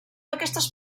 aquestes